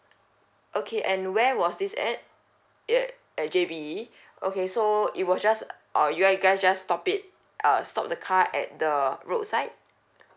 okay and where was this at eh at J_B okay so it was just uh you guys just stop it err stop the car at the roadside